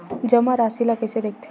जमा राशि ला कइसे देखथे?